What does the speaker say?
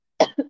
Okay